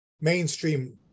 mainstream